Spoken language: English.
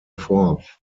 forth